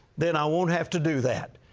then i won't have to do that.